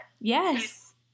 yes